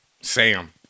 Sam